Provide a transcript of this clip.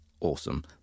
awesome